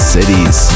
Cities